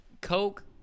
Coke